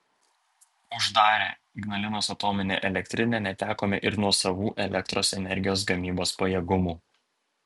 uždarę ignalinos atominę elektrinę netekome ir nuosavų elektros energijos gamybos pajėgumų